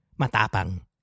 matapang